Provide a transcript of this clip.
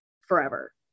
forever